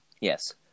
Yes